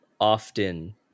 often